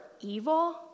evil